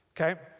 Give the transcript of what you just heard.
Okay